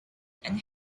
and